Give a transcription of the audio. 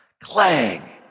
Clang